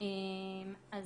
אז